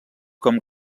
com